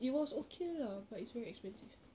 it was okay lah but it's very expensive